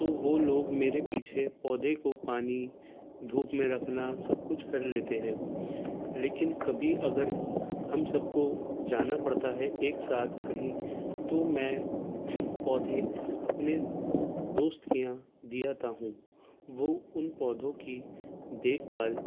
تو وہ لوگ میرے پیچھے پودے کو پانی دھوپ میں رکھنا سب کچھ کر لیتے ہیں لیکن کبھی اگر ہم سب کو جانا پڑتا ہے ایک ساتھ کہیں تو میں پودے اپنے دوست کے یہاں دے آتا ہوں وہ ان پودوں کی دیکھ بھال